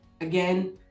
Again